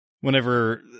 whenever